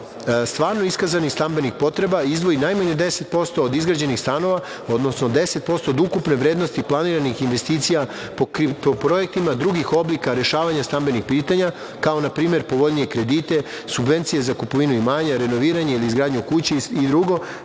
stvarno iskazanih potreba, izdvoji najmanje 10% od izgrađenih stanova, odnosno 10% od ukupne vrednosti planiranih investicija po projektima drugih oblika rešavanja stambenih pitanja, kao na primer povoljnije kredite, subvencije za kupovinu imanja, renoviranje ili izgradnju kuće i drugo